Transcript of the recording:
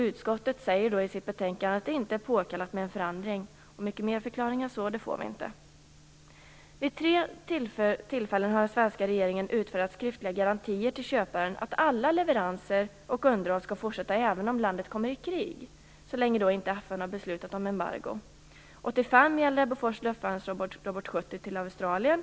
Utskottet säger i sitt betänkande att det inte är påkallat med en förändring. Mycket mer förklaring än så får vi inte. Vid tre tillfällen har den svenska regeringen utfärdat skriftliga garantier till köparen att alla leveranser och allt underhåll skall fortsätta även om landet kommer i krig så länge FN inte har beslutat om embargo. År 1985 gällde de Bofors luftvärnsrobot, Robot 70, till Australien.